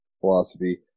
philosophy